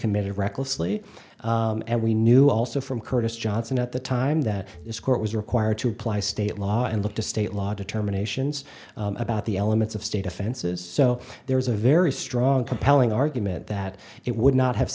committed recklessly and we knew also from curtis johnson at the time that this court was required to apply state law and look to state law determinations about the elements of state offenses so there was a very strong compelling argument that it would not have